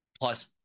Plus